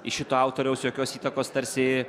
iš šito autoriaus jokios įtakos tarsi